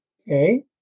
Okay